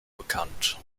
bekannt